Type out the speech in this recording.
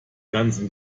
ganzen